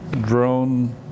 drone